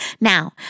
Now